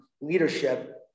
leadership